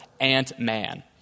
Ant-Man